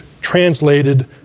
translated